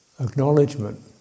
acknowledgement